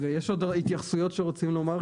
רגע, יש עוד התייחסויות שרוצים לומר.